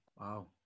wow